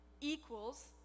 equals